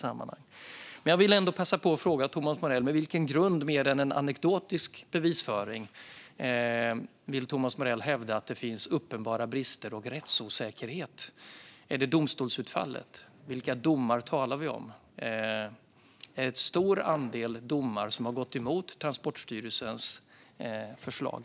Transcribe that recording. Jag vill passa på att fråga Thomas Morell: Med vilken grund mer än en anekdotisk bevisföring vill Thomas Morell hävda att det finns uppenbara brister och råder rättsosäkerhet? Är det domstolsutfallet? Vilka domar talar vi om? Är det en stor andel domar som har gått emot Transportstyrelsens förslag?